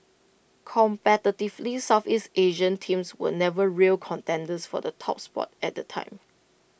competitively Southeast Asian teams were never real contenders for the top spot at the time